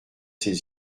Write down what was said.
ses